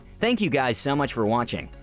thank you guys so much for watching!